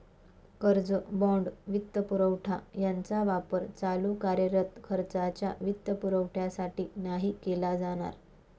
कर्ज, बाँड, वित्तपुरवठा यांचा वापर चालू कार्यरत खर्चाच्या वित्तपुरवठ्यासाठी नाही केला जाणार